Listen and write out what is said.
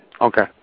Okay